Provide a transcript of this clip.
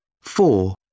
Four